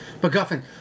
MacGuffin